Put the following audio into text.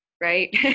right